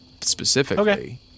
specifically